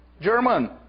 German